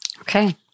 Okay